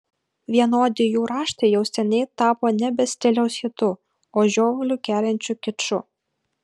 vienodi jų raštai jau seniai tapo nebe stiliaus hitu o žiovulį keliančiu kiču